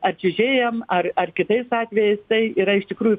ar čiuožėjam ar ar kitais atvejais tai yra iš tikrųjų